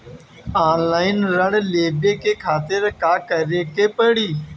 Online ऋण लेवे के खातिर का करे के पड़ी?